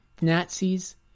Nazis